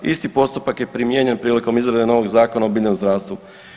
Isti postupak je primijenjen prilikom izrade novog Zakona o biljnom zdravstvu.